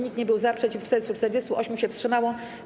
Nikt nie był za, przeciw - 440, 8 się wstrzymało.